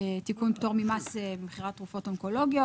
תיקון פטור ממס במכירת תרופות אונקולוגיות,